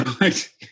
Right